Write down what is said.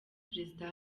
perezida